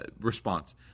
response